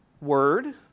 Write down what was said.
Word